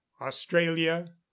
australia